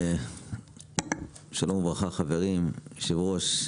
שלום וברכה חברים, היושב-ראש.